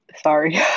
Sorry